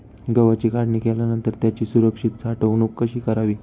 गव्हाची काढणी केल्यानंतर त्याची सुरक्षित साठवणूक कशी करावी?